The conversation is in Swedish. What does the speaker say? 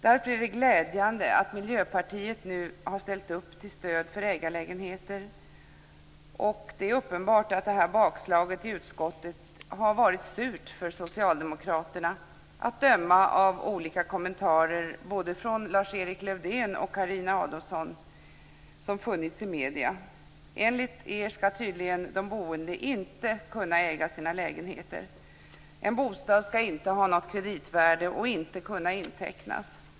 Därför är det glädjande att Miljöpartiet nu har ställt upp till stöd för ägarlägenheter. Det är uppenbart att det bakslaget i utskottet har varit surt för Socialdemokraterna, att döma av olika kommentarer i medierna från både Lars-Erik Lövdén och Carina Adolfsson. Enligt dessa skall de boende tydligen inte kunna äga sina lägenheter. En bostad skall inte ha något kreditvärde och skall inte kunna intecknas.